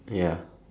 ya